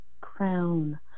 crown